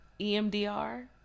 EMDR